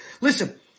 Listen